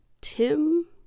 tim